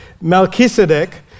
Melchizedek